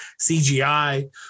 CGI